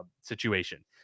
situation